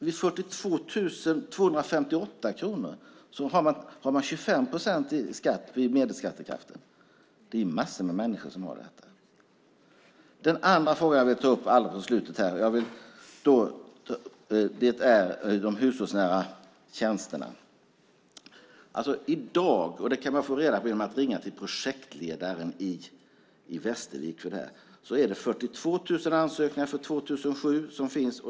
Vid 42 258 kronor är det 25 procent i statsskatt. Det är massor med människor som har det så. Den andra fråga jag vill ta upp på slutet är de hushållsnära tjänsterna. Genom att ringa till Skatteverkets projektledare i Västervik kan man få veta att det finns 42 000 ansökningar för 2007.